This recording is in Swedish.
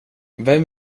vem